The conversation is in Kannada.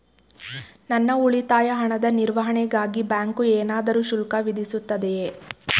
ನನ್ನ ಉಳಿತಾಯ ಹಣದ ನಿರ್ವಹಣೆಗಾಗಿ ಬ್ಯಾಂಕು ಏನಾದರೂ ಶುಲ್ಕ ವಿಧಿಸುತ್ತದೆಯೇ?